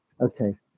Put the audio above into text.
okay